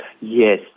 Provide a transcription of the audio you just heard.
Yes